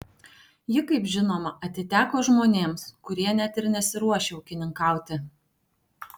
ji kaip žinoma atiteko žmonėms kurie net ir nesiruošia ūkininkauti